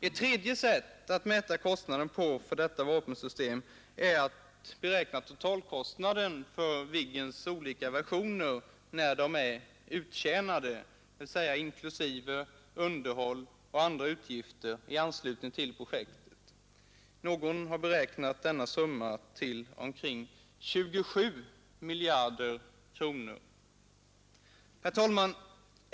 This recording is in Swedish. Ett tredje sätt att mäta kostnaden för detta vapensystem är att beräkna totalkostnaden för Viggens olika versioner när de är uttjänade, dvs. inklusive underhäll och andra utgifter i anslutning till projektet. Någon har beräknat denna summa till 27 miljarder kronor. Herr talman!